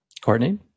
Courtney